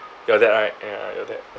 your dad right ya your dad ya